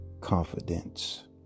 confidence